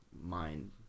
mind